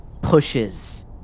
pushes